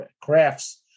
crafts